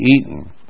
eaten